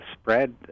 spread